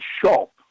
shop